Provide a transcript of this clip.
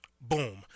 Boom